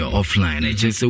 offline